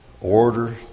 order